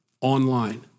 online